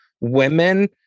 women